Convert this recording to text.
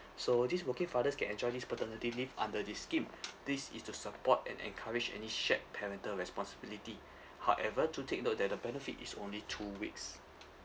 so these working fathers can enjoy this paternity leave under this scheme this is to support and encourage any shared parental responsibility however do take note that the benefit is only two weeks